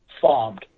farmed